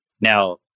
Now